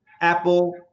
Apple